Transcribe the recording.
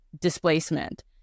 displacement